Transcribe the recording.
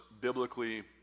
biblically